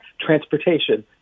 transportation